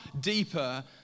deeper